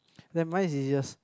then mine is easiest